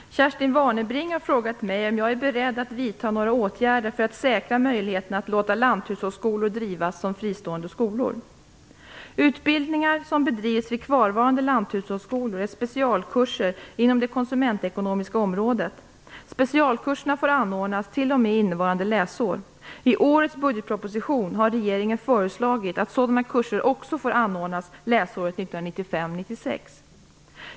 Fru talman! Kerstin Warnerbring har frågat mig om jag är beredd att vidta några åtgärder för att säkra möjligheterna att låta lanthushållsskolor drivas som fristående skolor. Utbildningar som bedrivs vid kvarvarande lanthushållsskolor är specialkurser inom de konsumentekonomiska området. Specialkurserna får anordnas t.o.m. innevarande läsår. I årets budgetproposition har regeringen föreslagit att sådana kurser också får anordnas läsåret 1995/96.